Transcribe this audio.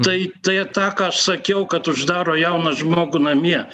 tai tai tą ką aš sakiau kad uždaro jauną žmogų namie